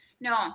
No